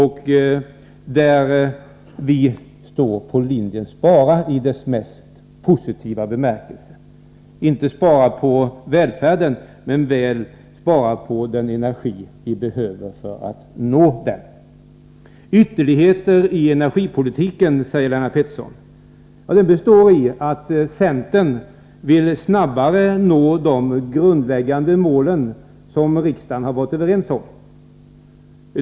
Centern står där på linjen spara i dess mest positiva bemärkelse — inte spara på välfärden men väl spara på den energi vi behöver för att nå den. Ytterligheter i energipolitiken, säger Lennart Pettersson. Ytterligheten består i att centern vill snabbare nå de grundläggande mål som riksdagen har varit överens om.